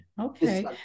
Okay